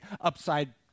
upside